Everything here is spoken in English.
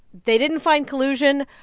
they didn't find collusion.